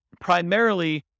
primarily